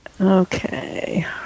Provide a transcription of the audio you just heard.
Okay